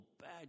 bad